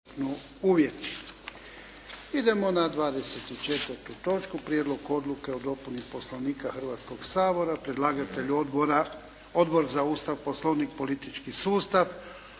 (HDZ)** Idemo na 24. točku - Prijedlog odluke o dopuni Poslovnika Hrvatskog sabora Predlagatelj: Odbor za Ustav, Poslovnik i politički sustav.